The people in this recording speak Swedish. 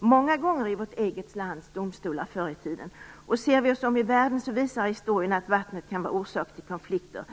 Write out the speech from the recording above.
många gånger varit mål i vårt eget lands domstolar förr i tiden. Ser vi oss om i världen så visar historien att vattnet kan vara orsak till konflikter.